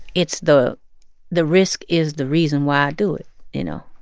it's the the risk is the reason why i do it you know?